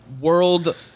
world